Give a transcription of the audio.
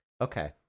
Okay